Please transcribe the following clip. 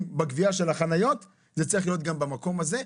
בגבייה של החניות זה צריך להיות גם במקום זה,